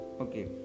Okay